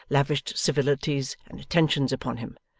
lavished civilities and attentions upon him,